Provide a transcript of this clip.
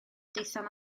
daethom